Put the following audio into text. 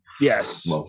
Yes